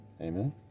Amen